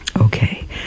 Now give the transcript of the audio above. okay